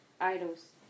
idols